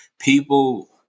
people